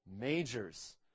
majors